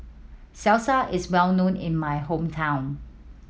salsa is well known in my hometown